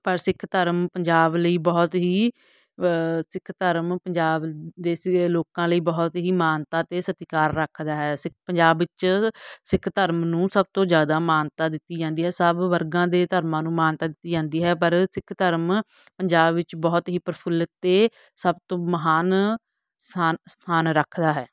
ਪਰ ਸਿੱਖ ਧਰਮ ਪੰਜਾਬ ਲਈ ਬਹੁਤ ਹੀ ਸਿੱਖ ਧਰਮ ਪੰਜਾਬ ਦੇ ਸ ਲੋਕਾਂ ਲਈ ਬਹੁਤ ਹੀ ਮਾਨਤਾ ਅਤੇ ਸਤਿਕਾਰ ਰੱਖਦਾ ਹੈ ਸਿ ਪੰਜਾਬ ਵਿੱਚ ਸਿੱਖ ਧਰਮ ਨੂੰ ਸਭ ਤੋਂ ਜ਼ਿਆਦਾ ਮਾਨਤਾ ਦਿੱਤੀ ਜਾਂਦੀ ਹੈ ਸਭ ਵਰਗਾਂ ਦੇ ਧਰਮਾਂ ਨੂੰ ਮਾਨਤਾ ਦਿੱਤੀ ਜਾਂਦੀ ਹੈ ਪਰ ਸਿੱਖ ਧਰਮ ਪੰਜਾਬ ਵਿੱਚ ਬਹੁਤ ਹੀ ਪ੍ਰਫੁੱਲਿਤ ਅਤੇ ਸਭ ਤੋਂ ਮਹਾਨ ਸਥਾ ਸਥਾਨ ਰੱਖਦਾ ਹੈ